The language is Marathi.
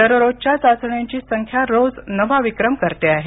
दररोजच्या चाचण्यांची संख्या रोज नवा विक्रम करते आहे